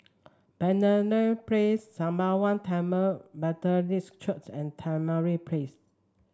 Penaga Place Sembawang Tamil Methodist Church and Tamarind Place